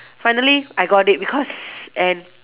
finally I got it because and